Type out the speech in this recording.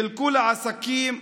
חילקו לעסקים.